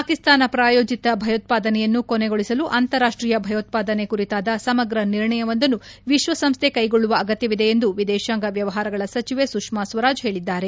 ಪಾಕಿಸ್ತಾನ ಪ್ರಾಯೋಜಿತ ಭಯೋತ್ಸಾದನೆಯನ್ನು ಕೊನೆಗೊಳಿಸಲು ಅಂತಾರಾಷ್ಟೀಯ ಭಯೋತ್ವಾದನೆ ಕುರಿತಾದ ಸಮಗ್ರ ನಿರ್ಣಯವೊಂದನ್ನು ವಿಶ್ವಸಂಸ್ಠೆ ಕೈಗೊಳ್ಳುವ ಅಗತ್ಯವಿದೆ ಎಂದು ವಿದೇಶಾಂಗ ವ್ಯವಹಾರಗಳ ಸಚಿವೆ ಸುಷ್ಮಾ ಸ್ವರಾಜ್ ಹೇಳಿದ್ದಾರೆ